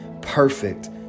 perfect